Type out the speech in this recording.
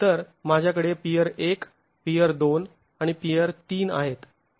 तर माझ्याकडे peer १ peer २ आणि पियर ३ आहेत